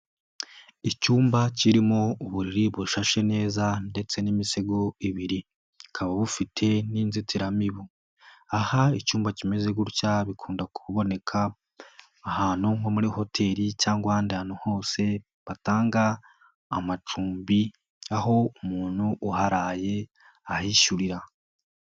Icyumba kirimo uburiri bushashe neza ndetse n'imisego ibiri, kikaba gifite n'inzitiramibu. Aha icyumba kimeze gutya bikunda kuboneka ahantu nko muri hoteli cyangwa ahandi ahantu hose batanga amacumbi aho umuntu uharaye ahishyurira.